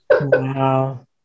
Wow